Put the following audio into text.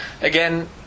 Again